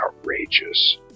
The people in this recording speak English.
outrageous